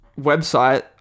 website